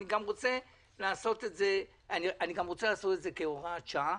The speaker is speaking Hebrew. אני גם רוצה לעשות את זה כהוראת שעה